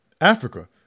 Africa